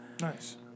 Nice